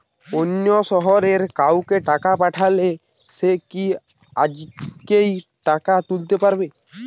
অন্য শহরের কাউকে টাকা পাঠালে সে কি আজকেই টাকা তুলতে পারবে?